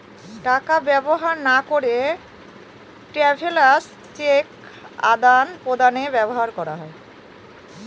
টাকা ব্যবহার না করে ট্রাভেলার্স চেক আদান প্রদানে ব্যবহার করা হয়